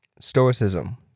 Stoicism